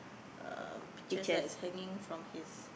um peaches that is hanging from his